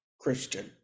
Christian